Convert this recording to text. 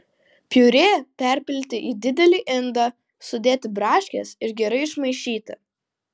piurė perpilti į didelį indą sudėti braškes ir gerai išmaišyti